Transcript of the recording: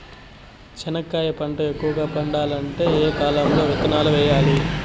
చెనక్కాయ పంట ఎక్కువగా పండాలంటే ఏ కాలము లో విత్తనాలు వేయాలి?